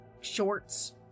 shorts